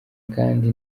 kandi